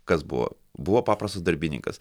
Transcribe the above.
kas buvo buvo paprastas darbininkas